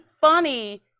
funny